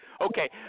Okay